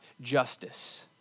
justice